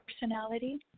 personality